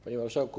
Panie Marszałku!